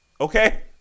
Okay